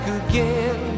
again